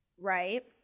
Right